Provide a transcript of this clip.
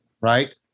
right